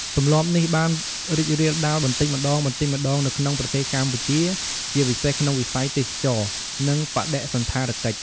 ទម្លាប់នេះបានរីករាលដាលបន្តិចម្ដងៗនៅក្នុងប្រទេសកម្ពុជា ជាពិសេសក្នុងវិស័យទេសចរណ៍ និងបដិសណ្ឋារកិច្ច។